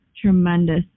tremendous